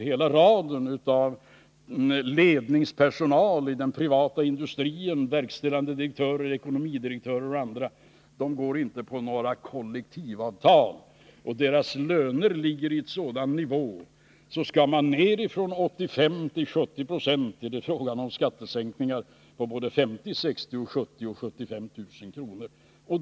Hela raden av ledningspersonal i den privata industrin — verkställande direktörer, ekonomidirektörer och andra — går inte på några kollektivavtal, och deras löner ligger på en sådan nivå att skall man ner från 85 till 70 96 är det fråga om skattesänkningar på 50 000, 60 000, 70 000 eller 75 000 kr.